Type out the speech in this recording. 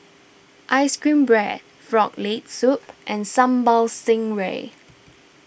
Ice Cream Bread Frog Leg Soup and Sambal Stingray